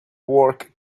work